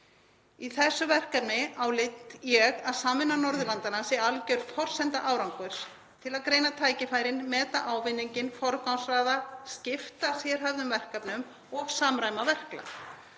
Í þessu verkefni álít ég að samvinna Norðurlandanna sé alger forsenda árangurs til að greina tækifærin, meta ávinninginn, forgangsraða, skipta sérhæfðum verkefnum og samræma verklag.